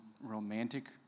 romantic